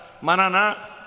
Manana